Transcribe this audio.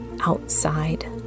outside